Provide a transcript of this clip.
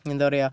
എന്താ പറയുക